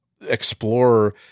explore